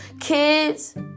kids